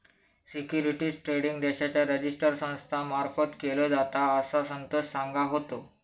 securities trading देशाच्या register संस्था मार्फत केलो जाता, असा संतोष सांगा होतो